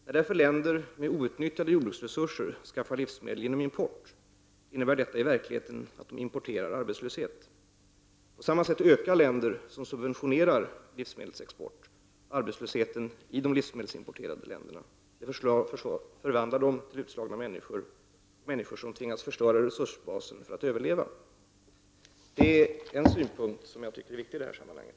När därför länder med outnyttjade jordbruksresurser skaffar livsmedel genom import, innebär detta i verkligheten att de importerar arbetslöshet. På samma sätt ökar länder som subventionerar livsmedelsexport arbetslösheten i de livsmedelsimporterande länderna. Människorna där förvandlas till utslagna människor, som tvingas förstöra resursbasen för att överleva. Detta är en synpunkt som jag tycker är viktig i det här sammanhanget.